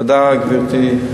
תודה, גברתי.